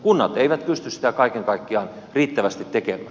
kunnat eivät pysty sitä kaiken kaikkiaan riittävästi tekemään